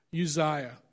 Uzziah